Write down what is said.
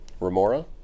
Remora